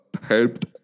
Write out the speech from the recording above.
helped